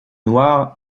noir